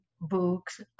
books